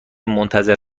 منتظر